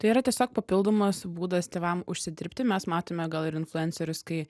tai yra tiesiog papildomas būdas tėvam užsidirbti mes matome gal ir influencerius kai